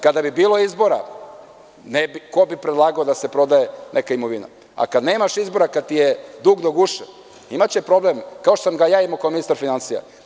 Kada bi bilo izbora ko bi predlagao da se prodaje neka imovina, a kad nemaš izbora, kad ti je dug do guše, imaće problem kao što sam ga ja imao kao ministar finansija.